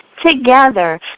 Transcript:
together